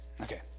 Okay